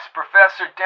Professor